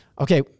Okay